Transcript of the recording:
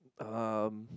um